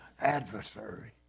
adversary